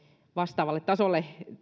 vastaavalle tasolle